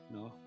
No